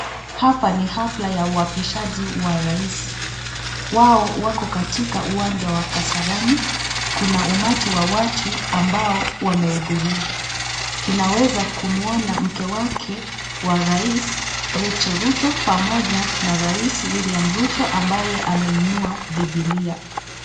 Hapa ni hafla ya uwapishaji wa rais. Wao wako katika uwanja wa Kasarani. Kuna umati wa watu ambao wamehudhuria. Tunaeza kumuona mke wake wa rais Rachael Ruto pamoja na rais William Ruto ambaye ameinua biblia.